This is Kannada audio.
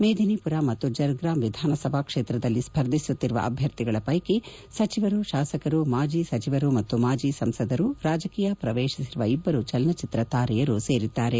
ಮೇಧೀನಿಪುರ್ ಮತ್ತು ಜರ್ಗ್ರಾಮ್ ವಿಧಾನಸಭಾ ಕ್ಷೇತ್ರದಲ್ಲಿ ಸ್ಪರ್ಧಿಸುತ್ತಿರುವ ಅಭ್ಯರ್ಥಿಗಳ ಪೈಕಿ ಸಚಿವರು ಶಾಸಕರು ಮಾಜಿ ಸಚಿವರು ಮತ್ತು ಮಾಜಿ ಸಂಸದರು ರಾಜಕೀಯ ಪ್ರವೇಶಿಸಿರುವ ಇಬ್ಬರು ಚಲನಚಿತ್ರ ತಾರೆಯರು ಸೇರಿದ್ದಾರೆ